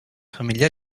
famiglia